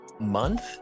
month